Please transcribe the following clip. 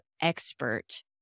expert